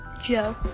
Joe